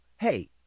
hey